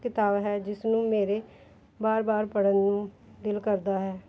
ਕਿਤਾਬ ਹੈ ਜਿਸ ਨੂੰ ਮੇਰੇ ਵਾਰ ਵਾਰ ਪੜ੍ਹਨ ਨੂੰ ਦਿਲ ਕਰਦਾ ਹੈ